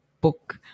book